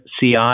CI